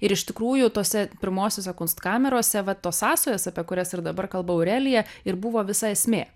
ir iš tikrųjų tose pirmosiose kunstkamerose va tos sąsajos apie kurias ir dabar kalba aurelija ir buvo visa esmė